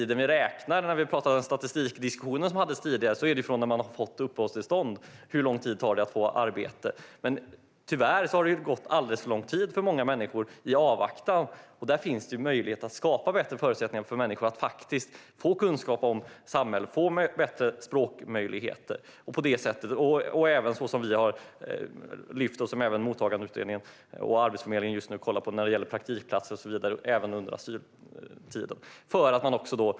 Det fördes en statistikdiskussion tidigare. Vi räknar hur lång tid det tar att få arbete från det att man fått uppehållstillstånd. Tyvärr har det gått alldeles för lång tid i avvaktan för många människor. Det finns möjlighet att skapa bättre förutsättningar för människor att få kunskap om samhället och bättre språkmöjligheter. Vi har lyft fram det här med att ha praktikplatser och så vidare även under asyltiden. Det är något som även Mottagandeutredningen och Arbetsförmedlingen kollar på just nu.